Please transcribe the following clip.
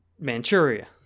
Manchuria